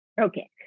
Okay